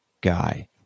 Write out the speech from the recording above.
guy